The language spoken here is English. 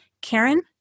Karen